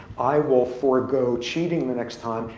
i will forego cheating the next time.